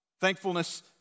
Thankfulness